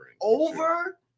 over